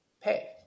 pay